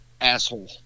asshole